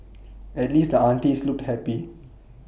at least the aunties looked happy